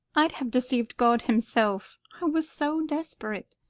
i'd have deceived god himself i was so desperate.